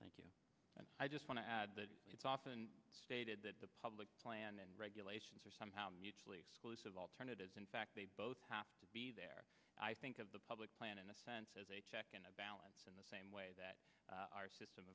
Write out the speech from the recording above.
thank you and i just want to add that it's often stated that the public plan and regulations are somehow mutually exclusive alternatives in fact they both have to be there i think of the public plan in a sense as a check and balance in the same way that our system